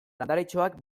landaretxoak